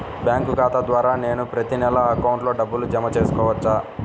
Bank ఖాతా ద్వారా నేను ప్రతి నెల అకౌంట్లో డబ్బులు జమ చేసుకోవచ్చా?